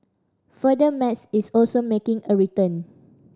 further Math is also making a return